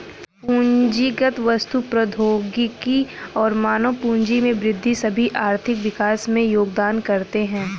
पूंजीगत वस्तु, प्रौद्योगिकी और मानव पूंजी में वृद्धि सभी आर्थिक विकास में योगदान करते है